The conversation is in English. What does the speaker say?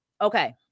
Okay